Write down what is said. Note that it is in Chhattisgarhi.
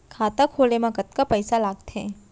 खाता खोले मा कतका पइसा लागथे?